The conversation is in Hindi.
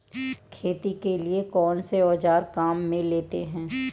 खेती के लिए कौनसे औज़ार काम में लेते हैं?